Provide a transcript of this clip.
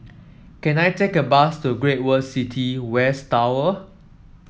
can I take a bus to Great World City West Tower